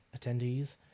attendees